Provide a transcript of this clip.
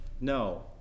No